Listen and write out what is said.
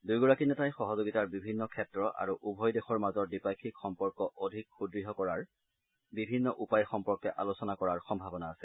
দুয়োগৰাকী নেতাই সহযোগিতাৰ বিভিন্ন ক্ষেত্ৰ আৰু উভয় দেশৰ মাজৰ দ্বিপাক্ষিক সম্পৰ্ক অধিক সুদ্য় কৰাৰ বিভিন্ন উপায় সম্পৰ্কে আলোচনা কৰাৰ সম্ভাৱনা আছে